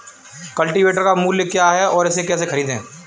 Cultivator का मूल्य क्या है और इसे कैसे खरीदें?